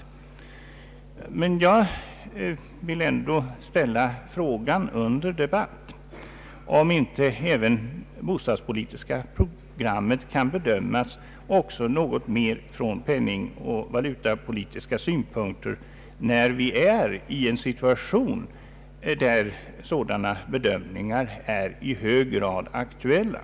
Jag vill trots detta ändå ställa frågan under debatt, om inte även det bostadspolitiska programmet bör bedömas något mer från penningoch valutapolitiska synpunkter, när vi befinner oss i en situation där sådana bedömningar är i hög grad aktuella.